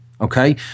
Okay